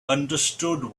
understood